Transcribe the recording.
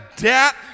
debt